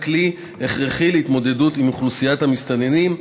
כלי הכרחי להתמודדות עם אוכלוסיית המסתננים,